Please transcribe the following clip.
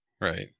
right